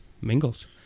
mingles